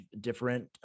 different